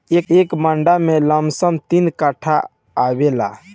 एक मंडा में लमसम तीन कट्ठा आवेला